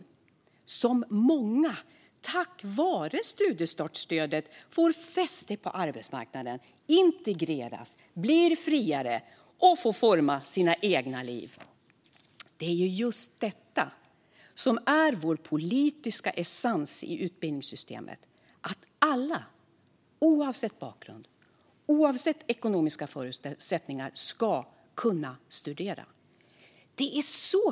Många av dem får tack vare studiestartsstödet fäste på arbetsmarknaden, integreras, blir friare och får forma sina egna liv. Det är just detta som är vår politiska essens i utbildningssystemet, att alla oavsett bakgrund och ekonomiska förutsättningar ska kunna studera. Fru talman!